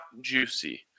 juicy